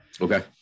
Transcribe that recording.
Okay